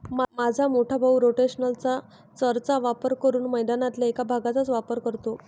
माझा मोठा भाऊ रोटेशनल चर चा वापर करून मैदानातल्या एक भागचाच वापर करतो